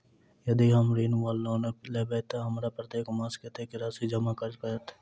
यदि हम ऋण वा लोन लेबै तऽ हमरा प्रत्येक मास कत्तेक राशि जमा करऽ पड़त?